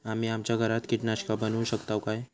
आम्ही आमच्या घरात कीटकनाशका बनवू शकताव काय?